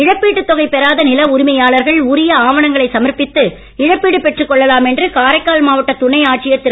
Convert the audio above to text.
இழப்பீட்டுத் தொகை பெறாத நில உரிமையாளர்கள் உரிய ஆவணங்களை சமர்ப்பித்து இழப்பீடு பெற்றுக் கொள்ளலாம் என்று காரைக்கால் மாவட்ட துணை ஆட்சியர் திரு